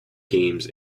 games